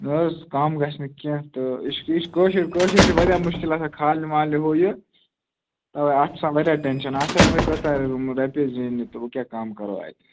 نہ حظ کَم گژھِ نہٕ کیٚنٛہہ تہٕ یہِ چھِ یہِ چھِ کٲشُر کٲشُر چھِ واریاہ مُشکِل آسان کھالہِ والنہِ ہُو یہِ تَوَے اَتھ چھُ آسان واریاہ ٹٮ۪نشَن اتھ چھِ آسان یِمے کٔژ تانۍ رۄپیہِ زیٖنہِ تہٕ وۄنۍ کیٛاہ کَم کَرو اَتہِ